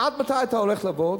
עד מתי אתה הולך לעבוד?